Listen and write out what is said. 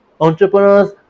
entrepreneurs